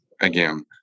Again